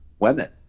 women